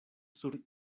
sur